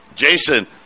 Jason